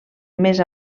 més